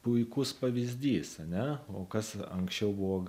puikus pavyzdys ane o kas anksčiau buvo